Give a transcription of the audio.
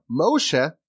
Moshe